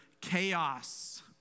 chaos